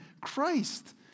Christ